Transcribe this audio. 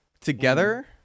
together